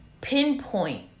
pinpoint